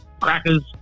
crackers